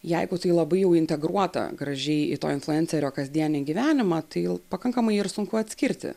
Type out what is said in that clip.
jeigu tai labai jau integruota gražiai į to influencerio kasdienį gyvenimą tai pakankamai ir sunku atskirti